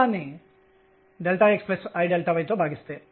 రెండవ నిబంధన prdr nrh నుండి 2L mk 2mEnrh లభిస్తుంది